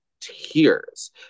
tears